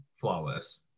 flawless